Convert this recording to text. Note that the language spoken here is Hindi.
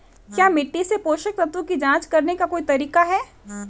क्या मिट्टी से पोषक तत्व की जांच करने का कोई तरीका है?